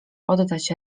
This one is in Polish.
oddać